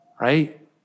right